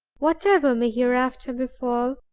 whatever may hereafter befall,